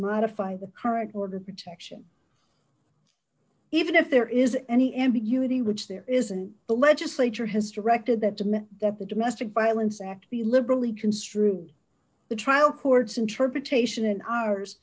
modify the current order protection even if there is any ambiguity which there isn't the legislature has directed that demand that the domestic violence act be liberally construed the trial court's interpretation and ours